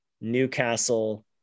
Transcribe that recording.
Newcastle